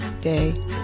day